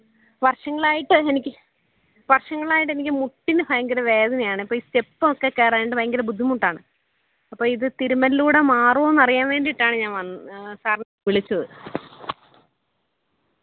വർഷങ്ങളായിട്ട് എനിക്ക് വർഷങ്ങളായിട്ട് എനിക്ക് മുട്ടിന് ഭയങ്കര വേദനയാണ് അപ്പം ഈ സ്റ്റെപ്പൊക്കെ കയറാനായിട്ട് ഭയങ്കര ബുദ്ധിമുട്ടാണ് അപ്പം ഇത് തിരുമ്മലിലൂടെ മാറുമോ എന്നറിയാൻ വേണ്ടയിട്ടാണ് ഞാൻ വന്നത് സാറിനെ വിളിച്ചത്